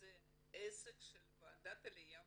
וזה עסק של ועדת העלייה והקליטה.